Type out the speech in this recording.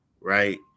right